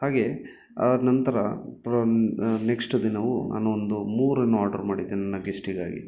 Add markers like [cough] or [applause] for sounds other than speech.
ಹಾಗೆ ಅದಾದ ನಂತರ [unintelligible] ನೆಕ್ಷ್ಟ್ ದಿನವೂ ನಾನು ಒಂದು ಮೂರನ್ನು ಆರ್ಡ್ರ ಮಾಡಿದ್ದೆ ನನ್ನ ಗೆಶ್ಟಿಗಾಗಿ